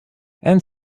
and